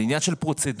זה עניין של פרוצדורה,